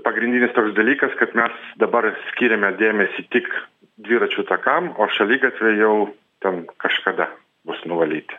pagrindinis dalykas kad mes dabar skiriame dėmesį tik dviračių takam o šaligatviai jau ten kažkada bus nuvalyti